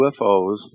UFOs